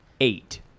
eight